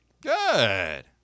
Good